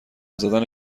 زدم